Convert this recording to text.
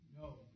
No